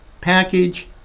package